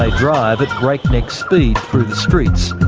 ah drive at breakneck speed through the streets,